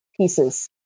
pieces